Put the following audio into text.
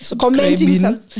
Commenting